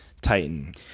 Titan